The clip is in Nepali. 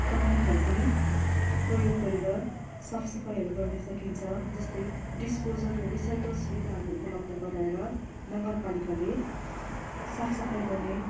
तकनिकहरू पनि प्रयोग गरेर साफ सफाइहरू गर्न सकिन्छ जस्तै डिस्पोजल र रिसाइकल्स सुविधाहरू उपलब्ध गराएर नगरपालिकाले साफ सफाइ गर्ने